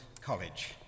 college